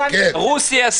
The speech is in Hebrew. קיבלו --- רוסיה,